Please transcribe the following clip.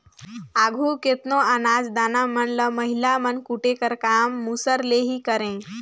आघु केतनो अनाज दाना मन ल महिला मन कूटे कर काम मूसर ले ही करें